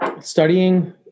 Studying